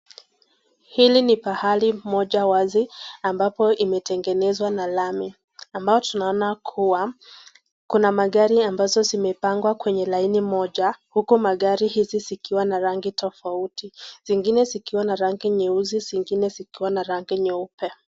Hili ni pahali moja wazi ambapo imetengenezwa na lami, ambao tunaona kuwa kuna magari ambazo zimepangwa kwenye laini moja huku magari hizi zikiwa na rangi tofauti, zingine zikiwa na rangi nyeusi, zingine zikiwa na rangi nyeupe.